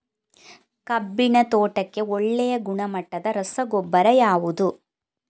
ಕಬ್ಬಿನ ತೋಟಕ್ಕೆ ಒಳ್ಳೆಯ ಗುಣಮಟ್ಟದ ರಸಗೊಬ್ಬರ ಯಾವುದು?